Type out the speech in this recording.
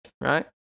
right